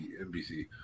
NBC